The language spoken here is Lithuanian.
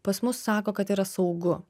pas mus sako kad yra saugu